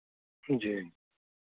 जी